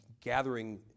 gathering